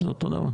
זה אותו דבר.